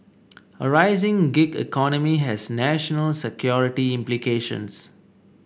a rising gig economy has national security implications